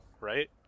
right